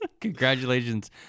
Congratulations